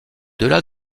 delà